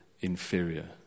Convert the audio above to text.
inferior